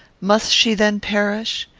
must she then perish?